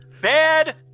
bad